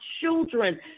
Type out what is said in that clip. children